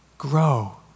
Grow